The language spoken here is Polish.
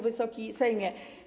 Wysoki Sejmie!